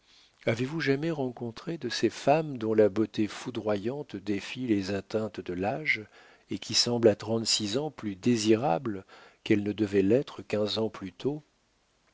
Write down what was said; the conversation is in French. avez-vous jamais rencontré de ces femmes dont la beauté foudroyante défie les atteintes de l'âge et qui semblent à trente-six ans plus désirables qu'elles ne devaient l'être quinze ans plus tôt